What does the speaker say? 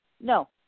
No